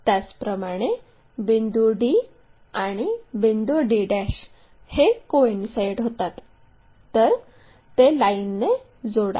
त्याचप्रमाणे बिंदू d आणि बिंदू d हे कोइन्साईड होतात तर ते लाईनने जोडा